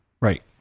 right